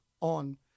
on